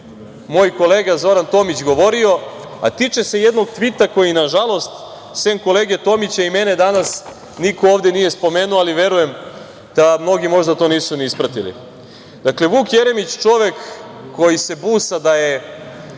moj kolega Zoran Tomić govorio, a tiče se jednog tvita koji, nažalost, sem kolege Tomića i mene danas niko ovde nije spomenuo, ali verujem da mnogi to možda nisu ni ispratili. Vuk Jeremić, čovek koji se busa da je